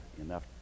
enough